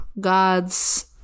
God's